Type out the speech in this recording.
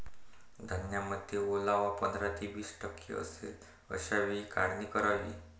धान्यामध्ये ओलावा पंधरा ते वीस टक्के असेल अशा वेळी काढणी करावी